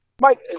Mike